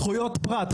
זכויות פרט,